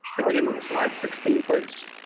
if we can move to slide sixteen, please.